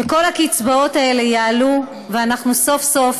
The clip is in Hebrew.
שכל הקצבאות האלה יעלו ואנחנו סוף-סוף